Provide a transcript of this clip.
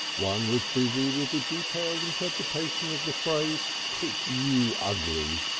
one was busy with the detailed interpretation of the phrase kick you ugly.